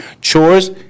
Chores